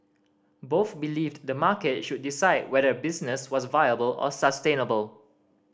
both believed the market should decide whether a business was viable or sustainable